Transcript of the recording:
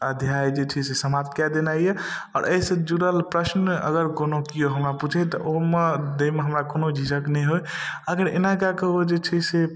अध्याय जे छै से समाप्त कए देनाइ यऽ आओर अइसँ जुड़ल प्रश्न अगर कोनो केओ हमरा पुछै तऽ ओहो दैमे हमरा कोनो झिझक नहि होइ अगर एना कए कऽ ओ जे छै से